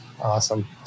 Awesome